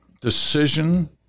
decision